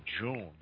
June